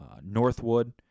Northwood